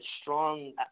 strong